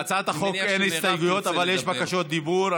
להצעת החוק אין הסתייגויות, אבל יש בקשות דיבור.